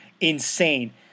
insane